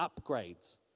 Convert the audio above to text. upgrades